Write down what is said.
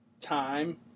time